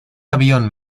avión